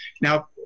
now